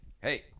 hey